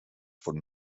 von